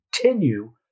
continue